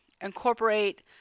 incorporate